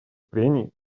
прений